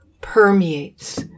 permeates